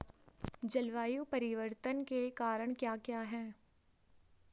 जलवायु परिवर्तन के कारण क्या क्या हैं?